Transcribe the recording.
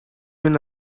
been